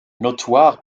notoire